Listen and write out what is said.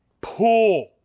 pool